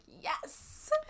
yes